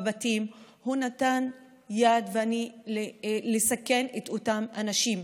בבתים, הוא נתן יד לסכן את אותם אנשים.